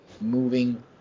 moving